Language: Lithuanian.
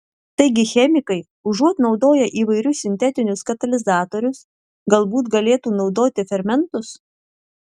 taigi chemikai užuot naudoję įvairius sintetinius katalizatorius galbūt galėtų naudoti fermentus